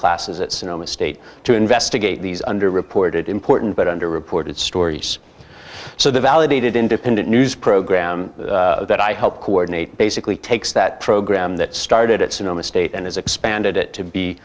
classes at sonoma state to investigate these under reported important but under reported stories so they validated independent news program that i helped coordinate basically takes that program that started at sonoma state and has expanded it to be